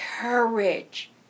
courage